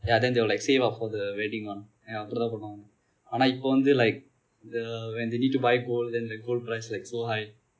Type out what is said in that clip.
ya then they were like save up for the wedding one ya அப்படித்தான் பன்னுவார்கள் ஆனா இப்போது வந்து:appadithaan pannuvaargal aana ippothu vanthu like the when they need to buy gold then the gold price like so high